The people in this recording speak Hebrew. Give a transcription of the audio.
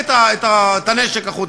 כבוד השר כץ.